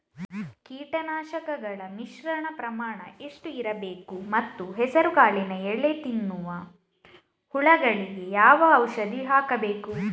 ಕೀಟನಾಶಕಗಳ ಮಿಶ್ರಣ ಪ್ರಮಾಣ ಎಷ್ಟು ಇರಬೇಕು ಮತ್ತು ಹೆಸರುಕಾಳಿನ ಎಲೆ ತಿನ್ನುವ ಹುಳಗಳಿಗೆ ಯಾವ ಔಷಧಿ ಹಾಕಬೇಕು?